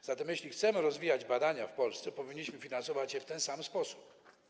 A zatem, jeśli chcemy rozwijać badania w Polsce, powinniśmy finansować je w ten sam sposób.